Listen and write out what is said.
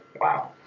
Wow